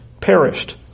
perished